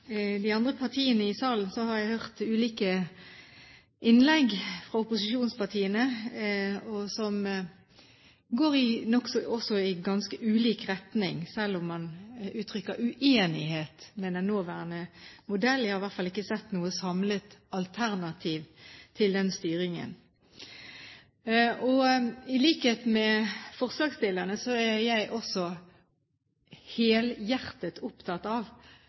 de andre partiene i salen har jeg hørt ulike innlegg fra opposisjonspartiene som går i ganske ulik retning, selv om man uttrykker uenighet med den nåværende modell. Jeg har i hvert fall ikke sett noe samlet alternativ til den styringen. I likhet med forslagsstillerne er jeg også helhjertet opptatt av